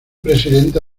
presidenta